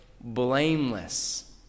Blameless